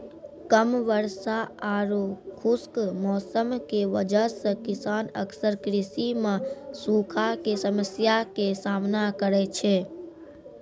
कम वर्षा आरो खुश्क मौसम के वजह स किसान अक्सर कृषि मॅ सूखा के समस्या के सामना करै छै